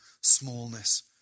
smallness